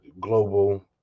global